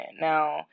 Now